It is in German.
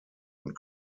und